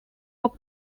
hop